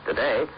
Today